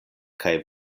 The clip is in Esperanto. kaj